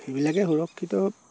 সেইবিলাকে সুৰক্ষিত